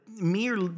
Mere